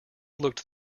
looked